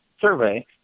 survey